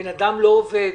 בן אדם לא עובד,